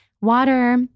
Water